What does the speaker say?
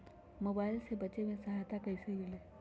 Mobile से बेचे में सहायता कईसे मिली?